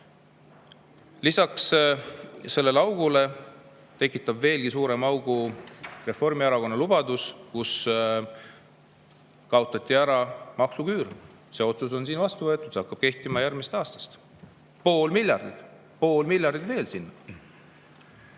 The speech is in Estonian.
Lisaks sellele tekitab veelgi suurema augu Reformierakonna lubadus kaotada ära maksuküür. See otsus on siin vastu võetud, see hakkab kehtima järgmisest aastast. Pool miljardit! Pool miljardit veel sinna.